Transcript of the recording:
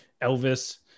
Elvis